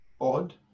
odd